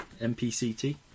MPCT